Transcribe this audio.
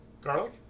Garlic